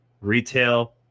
retail